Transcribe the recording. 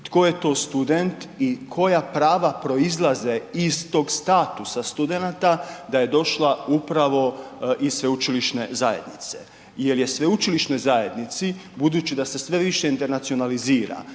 tko je to student i koja prava proizlaze iz tog statusa studenata da je došla upravo iz sveučilišne zajednice. Jer je sveučilišnoj zajednici budu da se sve više internacionalizira,